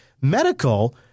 medical